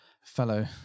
fellow